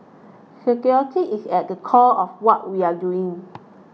security is at the core of what we are doing